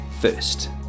first